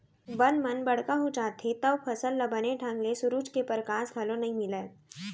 बन मन बड़का हो जाथें तव फसल ल बने ढंग ले सुरूज के परकास घलौ नइ मिलय